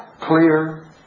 clear